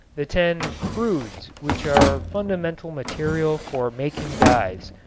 the ten crudes which are fundamental material for making dyes.